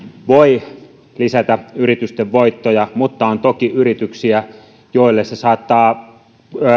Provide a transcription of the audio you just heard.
voi lisätä yritysten voittoja mutta on toki yrityksiä joilta se saattaa